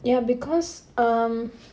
ya because um